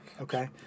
Okay